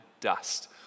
dust